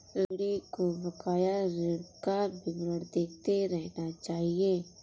ऋणी को बकाया ऋण का विवरण देखते रहना चहिये